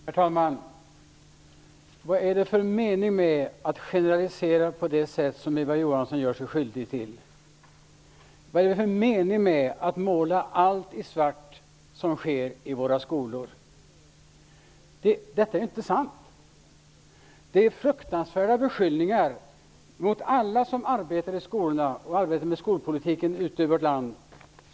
Herr talman! Vad är det för mening med att generalisera på det sätt som Eva Johansson gör? Vad är det för mening med att måla allt som sker i våra skolor svart? Detta är inte sant. Eva Johansson gör sig skyldig till fruktansvärda anklagelser mot alla som arbetar i skolorna och mot dem som arbetar med skolpolitiken i vårt land.